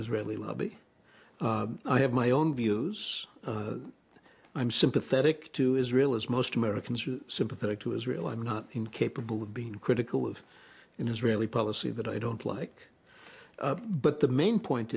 israeli lobby i have my own views i'm sympathetic to israel as most americans are sympathetic to israel i'm not incapable of being critical of in israeli policy that i don't like but the main point